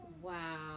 Wow